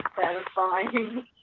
satisfying